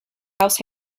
house